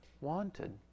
wanted